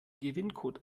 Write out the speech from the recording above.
gewinncode